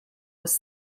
was